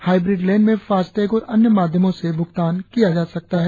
hybrid lane में FASTag और अन्य माध्यमों से भूगतान किया जा सकता है